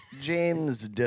James